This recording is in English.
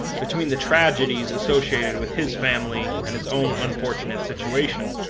between the tragedies associated with his family and his own unfortunate situation,